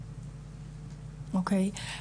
אוקי,